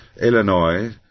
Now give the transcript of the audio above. Illinois